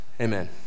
Amen